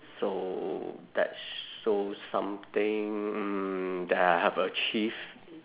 so that shows something that I have achieved